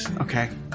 Okay